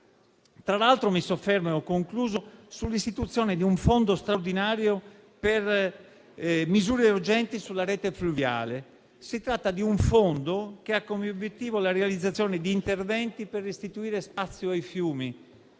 Concludendo, mi soffermo sull'istituzione di un fondo straordinario per misure urgenti sulla rete fluviale. Si tratta di un fondo che ha come obiettivo la realizzazione di interventi per restituire spazio ai fiumi;